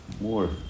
more